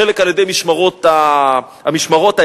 חלק על-ידי המשמרות העירקיים,